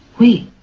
we?